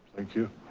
thank you,